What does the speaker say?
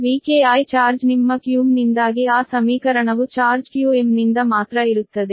Vki charge ನಿಮ್ಮ qm ನಿಂದಾಗಿ ಆ ಸಮೀಕರಣವು ಚಾರ್ಜ್ qm ನಿಂದ ಮಾತ್ರ ಇರುತ್ತದೆ